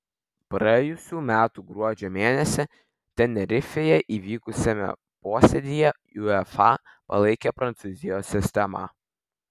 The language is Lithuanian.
praėjusių metų gruodžio mėnesį tenerifėje įvykusiame posėdyje uefa palaikė prancūzijos sistemą